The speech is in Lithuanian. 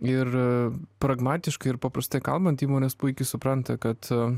ir pragmatiškai ir paprastai kalbant įmonės puikiai supranta kad